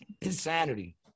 Insanity